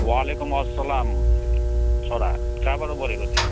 वालिकुमअसलाम छोरा कहाँबाट बोलेको तिमी